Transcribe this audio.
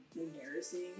embarrassing